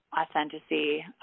authenticity